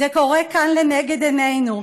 זה קורה כאן לנגד עינינו.